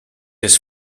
his